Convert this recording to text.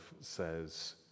says